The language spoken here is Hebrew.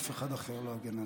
אף אחד אחר לא יגן עליהם.